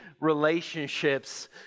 relationships